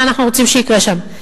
מה אנחנו רוצים שיקרה שם?